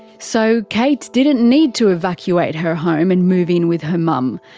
so kate didn't need to evacuate her home and move in with her mum.